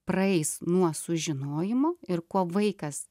praeis nuo sužinojimo ir kuo vaikas